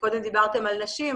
קודם דיברתם על נשים,